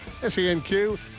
SENQ